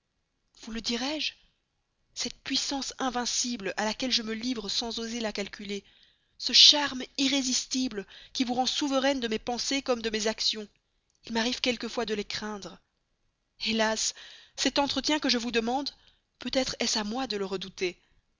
vous le dirai-je cette puissance invincible à laquelle je me livre sans oser la calculer ce charme irrésistible qui vous rend souveraine de mes pensées comme de mes actions il m'arrive quelquefois de les craindre hélas cet entretien que je vous demande peut-être est-ce à moi à le redouter